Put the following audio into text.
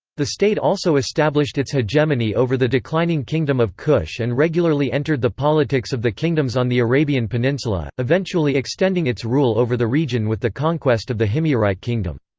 the state also established its hegemony over the declining kingdom of kush and regularly entered the politics of the kingdoms on the arabian peninsula, eventually extending its rule over the region with the conquest of the himyarite kingdom.